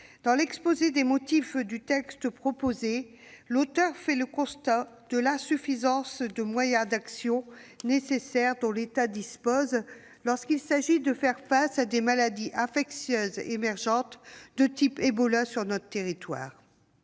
Dans l'exposé des motifs, l'auteur du texte fait le constat de l'insuffisance des moyens d'action nécessaires dont l'État dispose lorsqu'il s'agit de faire face à des maladies infectieuses émergentes de type Ebola sur notre territoire.